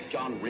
John